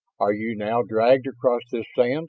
are you now dragged across this sand